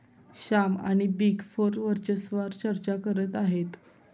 श्याम आणि big four वर्चस्वावार चर्चा करत आहेत